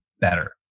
better